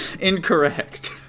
Incorrect